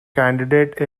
candidate